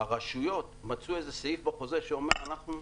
הרשויות מצאו איזה סעיף בחוזה שאומר שהן מצטערות,